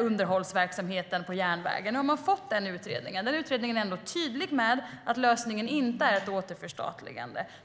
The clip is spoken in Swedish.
underhållsverksamheten på järnvägen. Nu har man fått den utredningen, och den är tydlig med att lösningen inte är ett återförstatligande.